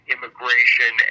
Immigration